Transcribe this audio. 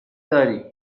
داری